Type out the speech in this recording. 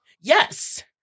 yes